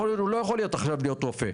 הוא לא יכול עכשיו להיות רופא,